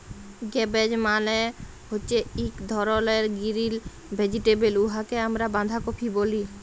cabbage মালে হছে ইক ধরলের গিরিল ভেজিটেবল উয়াকে আমরা বাঁধাকফি ব্যলি